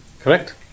Correct